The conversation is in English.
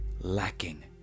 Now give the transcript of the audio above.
lacking